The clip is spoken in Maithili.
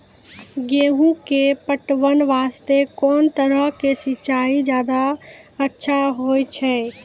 गेहूँ के पटवन वास्ते कोंन तरह के सिंचाई ज्यादा अच्छा होय छै?